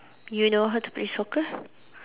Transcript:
you know how to play soccer